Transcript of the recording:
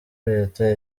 leta